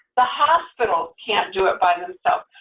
the hospitals can't do it by themselves.